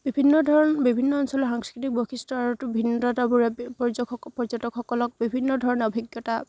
বিভিন্ন ধৰণৰ বিভিন্ন অঞ্চলৰ সাংস্কৃতিক বৈশিষ্ট্য আৰুতো ভিন্নতাবোৰে পৰ্যকসক পৰ্যটকসকলক বিভিন্ন ধৰণৰ অভিজ্ঞতা